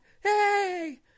hey